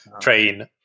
train